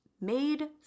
made